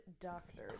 doctor